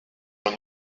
were